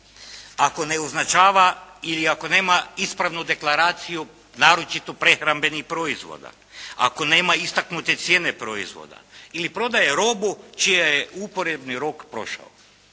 ako ne označava ili ako nema ispravnu deklaraciju naročito prehrambenih proizvoda. Ako nema istaknute cijene proizvoda ili prodaje robu čija je uporabni rok prošao.